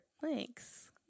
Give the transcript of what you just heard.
thanks